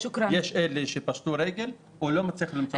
יש כאלה שפשטו רגל והוא לא מצליח למצוא מעסיק אחר.